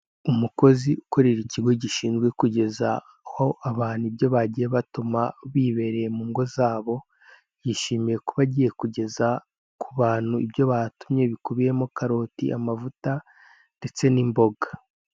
Umukozi ukorera ikigo gishinzwe kugezaho abantu ibyo bagiye batuma bibereye mu ngo zabo yishimiye kuba agiye kugeza ku bantu ibyo batumye birimo karoti, amavuta ndetse n'imboga.